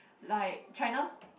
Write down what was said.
like China